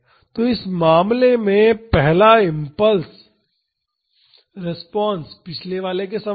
तो इस मामले में पहला इम्पल्स रिस्पांस पिछले वाले के समान है